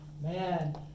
man